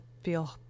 feel